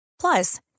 Plus